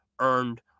earned